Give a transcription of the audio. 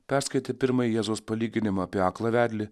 perskaitę pirmąjį jėzaus palyginimą apie aklą vedlį